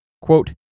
Quote